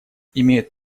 имеют